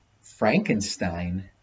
Frankenstein